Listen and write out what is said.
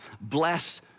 bless